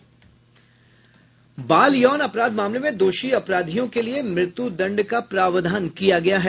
बाल यौन अपराध मामलों में दोषी अपराधियों के लिए मृत्युदंड का प्रावधान किया गया है